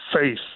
faith